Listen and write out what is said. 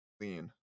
lean